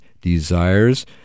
desires